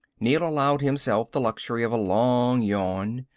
neel allowed himself the luxury of a long yawn,